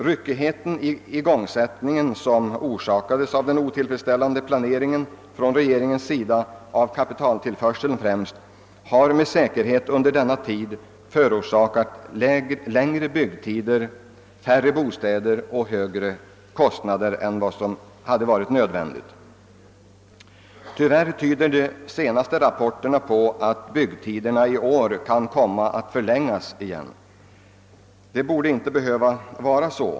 Ryckigheten i igångsättningen, som orsakades av regeringens otillfredsställande planering av kapitaltillförseln i främsta hand, har med säkerhet under denna tid medfört längre byggtider, färre bostäder och högre kostnader än vad som varit nödvändigt. Tyvärr tyder de senaste rapporterna på att byggtiderna i år ånyo kan komma att förlängas. Det borde inte behöva vara så.